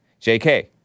Jk